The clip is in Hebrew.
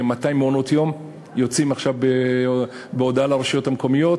על כ-200 מעונות-יום יוצאים עכשיו בהודעה לרשויות המקומיות.